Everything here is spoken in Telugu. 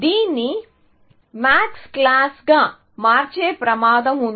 దీన్ని మ్యాథ్స్ క్లాస్గా మార్చే ప్రమాదం ఉంది